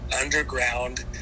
underground